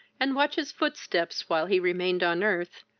and watch his footsteps, while he remained on earth,